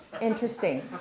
Interesting